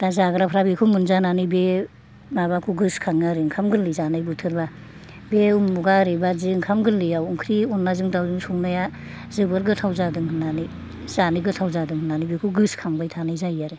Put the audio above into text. दा जाग्राफ्रा बेखौ मोनजानानै बे माबाखौ गोसो खाङो आरो ओंखाम गोरलै जानाय बोथोरबा बे उमुगा ओरैबादि ओंखाम गोरलैआव ओंख्रि अनलाजों दावजों संनाया जोबोद गोथाव जादों होन्नानै जानो गोथाव जादों होन्नानै बेखौ गोसो खांबाय थानाय जायो आरो